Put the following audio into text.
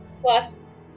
plus